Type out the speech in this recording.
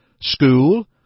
school